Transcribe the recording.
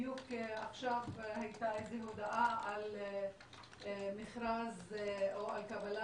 בדיוק עכשיו הייתה הודעה על מכרז או קבלה